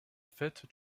fête